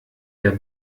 der